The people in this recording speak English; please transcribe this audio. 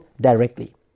directly